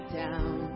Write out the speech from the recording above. down